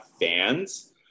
fans